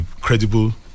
credible